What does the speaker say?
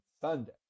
Sunday